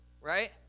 right